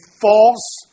false